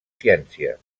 ciències